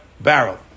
barrel